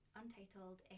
Untitled